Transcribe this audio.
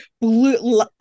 blue